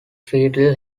feudal